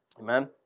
Amen